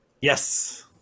Yes